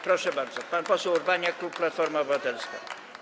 Proszę bardzo, pan poseł Urbaniak, klub Platforma Obywatelska.